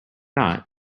not